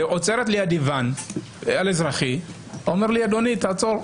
ועוצר לידי ואן על אזרחי ואומר לי: אדוני, תעצור.